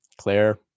Claire